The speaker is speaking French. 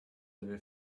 avez